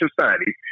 society